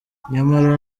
nyamara